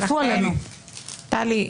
קוראים לה "הצעת חוק פרטית",